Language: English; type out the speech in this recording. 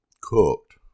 cooked